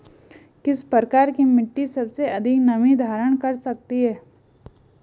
किस प्रकार की मिट्टी सबसे अधिक नमी धारण कर सकती है?